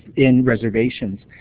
in reservations.